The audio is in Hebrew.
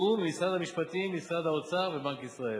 ובתיאום עם משרד המשפטים, משרד האוצר ובנק ישראל.